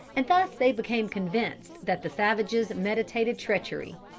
and thus they became convinced that the savages meditated treachery.